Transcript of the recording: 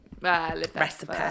recipe